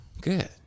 Good